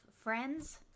friends